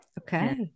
Okay